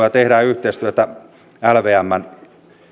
ja tehdään yhteistyötä lvmn